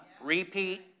Repeat